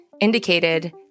indicated